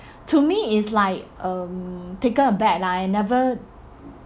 to me it's like um taken aback lah I never